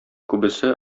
күбесе